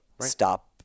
Stop